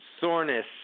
soreness